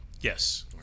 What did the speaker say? Yes